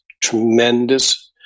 tremendous